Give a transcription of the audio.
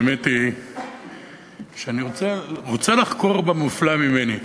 האמת היא שאני רוצה לחקור במופלא ממני.